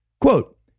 quote